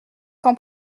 qu’en